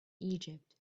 egypt